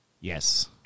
Yes